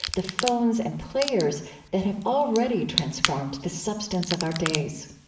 the phones and players that have already transformed the substance of our days